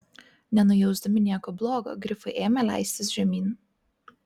nenujausdami nieko blogo grifai ėmė leistis žemyn